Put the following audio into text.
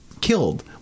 killed